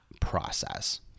process